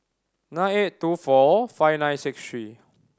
nine eight two four five nine six three